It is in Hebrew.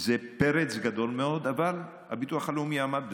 זה פרץ גדול מאוד, אבל הביטוח הלאומי עמד בזה.